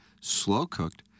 slow-cooked